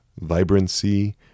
vibrancy